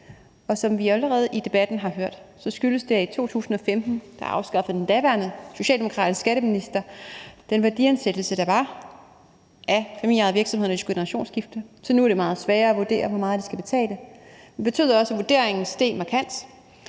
og som vi jo allerede har hørt i debatten, skyldes det, at i 2015 afskaffede den daværende socialdemokratiske skatteminister den værdiansættelse, der var, af familieejede virksomheders generationsskifte, så det nu er meget sværere at vurdere, hvor meget de skal betale. Det betød også, at vurderingen steg markant,